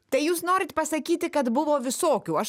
tai jūs norit pasakyti kad buvo visokių aš